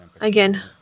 Again